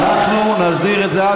אנחנו נסדיר את זה.